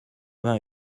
vingt